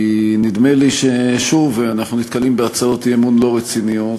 כי נדמה לי ששוב אנחנו נתקלים בהצעות אי-אמון לא רציניות.